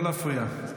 אני מבקש לא להפריע.